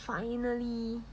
finally